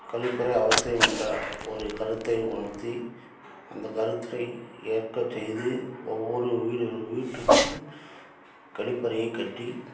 கழிப்பறை அவசியம் என்ற ஒரு கருத்தை உணர்த்தி அந்த கருத்தை ஏற்க செய்து ஒவ்வொரு வீ வீட்டிற்கும் கழிப்பறையை கட்டி